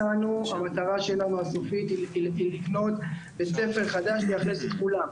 המטרה שלנו הסופית היא לבנות בית ספר חדש שיאכלס את כולם.